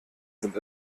sind